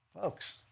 Folks